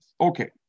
Okay